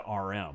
rm